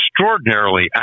extraordinarily